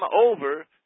over